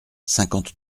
cinquante